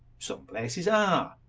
so places are.